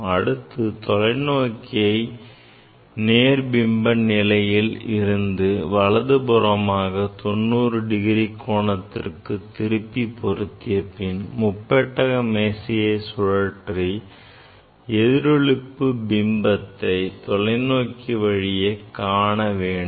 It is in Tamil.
அடுத்து தொலைநோக்கியை நேர் பிம்ப நிலையில் இருந்து வலது புறமாக 90 டிகிரி கோணத்திற்கு திருப்பி பொருத்திய பின் முப்பட்டக மேசையை சுழற்றி எதிரொளிப்பு பிம்பத்தை தொலைநோக்கி வழியே காண வேண்டும்